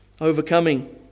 overcoming